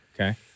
okay